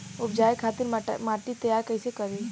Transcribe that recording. उपजाये खातिर माटी तैयारी कइसे करी?